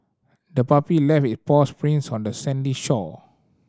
the puppy left it paw sprints on the sandy shore